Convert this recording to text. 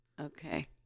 Okay